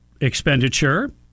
expenditure